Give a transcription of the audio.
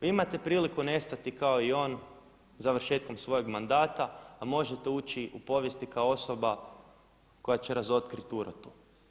Vi imate priliku nestati kao i on završetkom svojeg mandata a možete ući u povijest i kao osoba koja će razotkriti urotu.